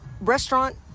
restaurant